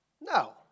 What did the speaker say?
No